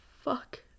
fuck